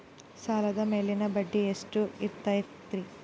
ಸಾಲದ ಮೇಲಿನ ಬಡ್ಡಿ ಎಷ್ಟು ಇರ್ತೈತೆ?